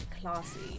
classy